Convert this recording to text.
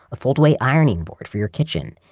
a fold-away ironing board for your kitchen.